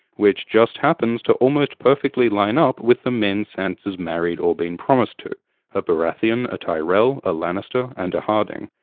which just happens to almost perfectly line up with the men sansa's married or been promised to a baratheon, a tyrell, a lannister, and a hardyng.